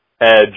edge